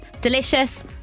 Delicious